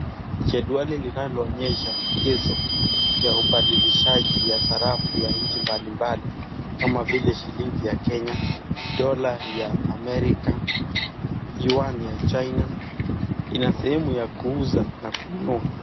Jedwali linalo onesha vigezo vya ubadilishaji Wa sarafu ya nchi mbalimbali, Kama vile, shilingi ya Kenya, dollar ya Amerika, yuan ya China, inasehemu ya kuuza na kununua.